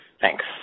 Thanks